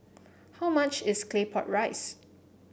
how much is Claypot Rice